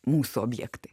mūsų objektai